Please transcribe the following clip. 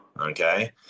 okay